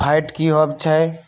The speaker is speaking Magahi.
फैट की होवछै?